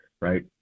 right